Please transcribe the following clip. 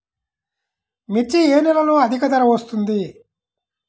మిర్చి ఏ నెలలో అధిక ధర వస్తుంది?